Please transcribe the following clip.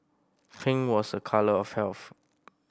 pink was a colour of health